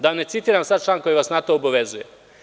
Ne bih da citiram sada član koji vas na to obavezuje.